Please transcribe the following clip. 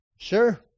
Sure